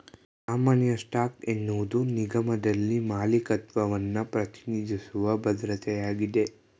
ಸಾಮಾನ್ಯ ಸ್ಟಾಕ್ ಎನ್ನುವುದು ನಿಗಮದಲ್ಲಿ ಮಾಲೀಕತ್ವವನ್ನ ಪ್ರತಿನಿಧಿಸುವ ಭದ್ರತೆಯಾಗಿದೆ